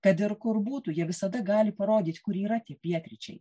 kad ir kur būtų jie visada gali parodyti kur yra tie pietryčiai